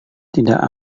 tidak